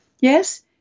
Yes